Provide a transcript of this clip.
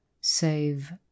save